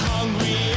Hungry